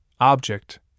object